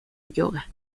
yoga